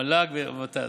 מל"ג וות"ת.